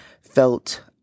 felt